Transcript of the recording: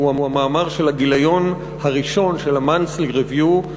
שהוא המאמר של הגיליון הראשון של הMonthly Review"".